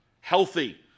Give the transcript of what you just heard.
Healthy